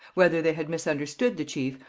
whether they had misunderstood the chief,